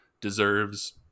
deserves